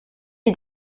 est